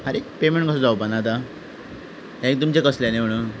आरे पेमेंट कसो जावपाना आतां हें तुमचें कसल्यांनी म्हणून